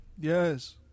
Yes